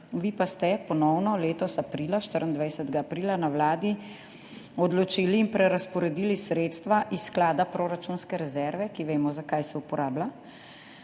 vi pa ste se ponovno letos aprila, 24. aprila, na Vladi odločili in prerazporedili sredstva iz sklada proračunske rezerve, ki vemo, za kaj se uporablja,